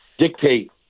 dictate